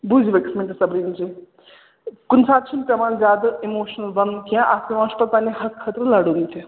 بوٗزِو أکِس مِنٹَس سَبریٖن جی کُنہِ ساتہٕ چھِنہٕ پٮ۪وان زیادٕ اِموشنَل بَنُن کینٛہہ اَتھ پٮ۪وان چھُ پَتہٕ پنٛنہِ حقہٕ خٲطرٕ لَڑُن تہِ